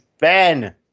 Ben